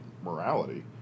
morality